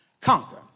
conquer